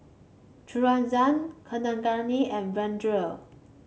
Kaneganti and Vedre